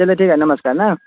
चलिए ठीक है नमस्कार ना